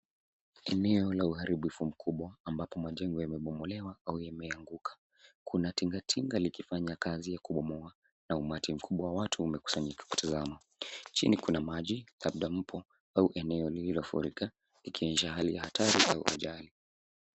Eneo la uharibifu mkubwa ambapo majengo yamebomolewa au yameanguka. Kuna tingatinga likifanya kazi ya kubomoa na umati mkubwa wa watu umekusanyika kutazama. Chini kuna maji labda mto au eneo lililofurika ikionyesha hali ya hatari au ajali.